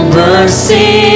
mercy